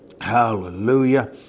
Hallelujah